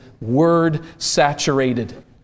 word-saturated